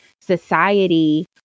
society